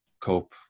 cope